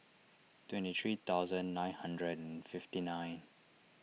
twenty three thousand nine hundred and fifty nine